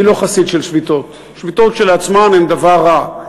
אני לא חסיד של שביתות, שביתות כשלעצמן הן דבר רע.